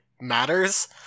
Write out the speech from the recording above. matters